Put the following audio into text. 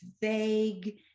vague